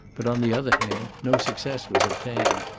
but, on the other hand, no success was obtained.